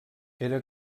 era